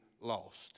lost